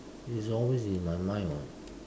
is always in my mind [what]